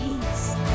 peace